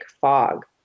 fog